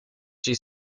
she